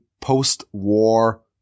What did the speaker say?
post-war